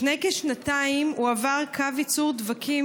לפני כשנתיים הועבר קו ייצור דבקים